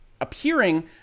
appearing